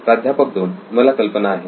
प्राध्यापक 2 मला कल्पना आहे